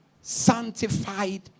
sanctified